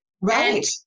Right